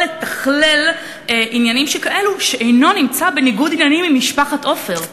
לתכלל עניינים שכאלו שאינו נמצא בניגוד עניינים עם משפחת עופר?